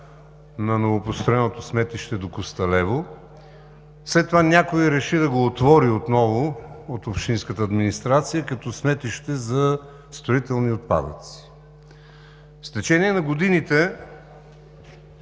на новопостроеното сметище до Косталево, след това някой реши да го отвори отново – от общинската администрация, като сметище за строителни отпадъци. С течение на годините